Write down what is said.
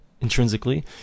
intrinsically